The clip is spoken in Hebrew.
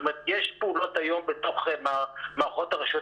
זאת אומרת שיש היום פעולות בתוך מערכות הרשויות